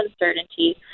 uncertainty